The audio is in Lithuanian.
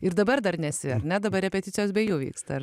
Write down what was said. ir dabar dar nesi ar ne dabar repeticijos bei jų vyksta ar